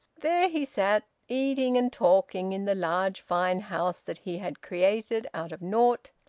there he sat, eating and talking, in the large, fine house that he had created out of naught,